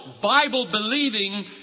Bible-believing